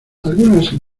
algunas